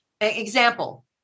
Example